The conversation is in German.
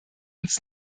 uns